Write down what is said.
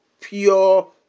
pure